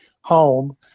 home